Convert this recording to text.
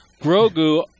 Grogu